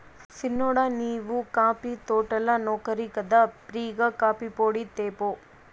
సిన్నోడా నీవు కాఫీ తోటల నౌకరి కదా ఫ్రీ గా కాఫీపొడి తేపో